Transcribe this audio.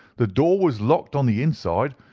the door was locked on the inside,